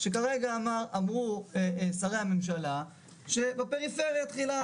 שכרגע אמרו שרי הממשלה שבפריפריה תחילה,